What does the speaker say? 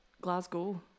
Glasgow